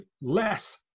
less